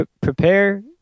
prepare